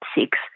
six